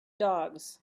dogs